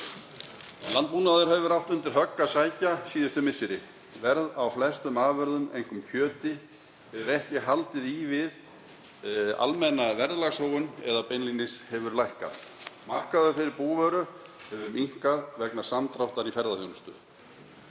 Landbúnaður hefur átt undir högg að sækja síðustu misseri. Verð á flestum afurðum, einkum kjöti, hefur ekki haldið í við almenna verðlagsþróun eða hefur beinlínis lækkað. Markaður fyrir búvöru hefur minnkað vegna samdráttar í ferðaþjónustu.